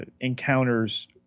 encounters